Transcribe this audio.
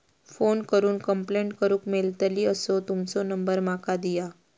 Phone करून complaint करूक मेलतली असो तुमचो नंबर माका दिया?